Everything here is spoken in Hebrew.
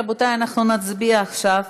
רבותי, אנחנו נצביע עכשיו